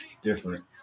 different